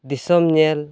ᱫᱤᱥᱚᱢ ᱧᱮᱞ